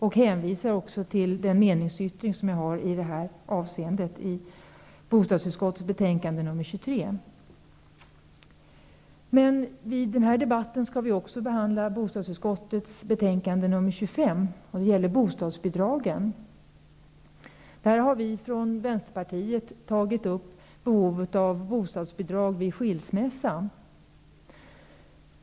Jag hänvisar även till den meningsyttring som jag har fogat till bostadsutskottets betänkande 23. I denna debatt skall vi behandla även bostadsutskottets betänkande 25 som gäller bostadsbidragen. Där har vi från Vänsterpartiet tagit upp frågan om behovet av bostadsbidrag vid skilsmässa.